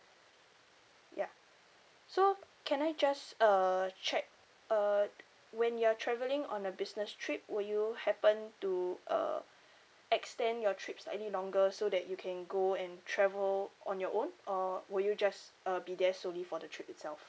ya so can I just uh check uh when you're travelling on a business trip would you happen to uh extend your trips any longer so that you can go and travel on your own or will you just uh be there solely for the trip itself